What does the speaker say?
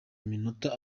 minota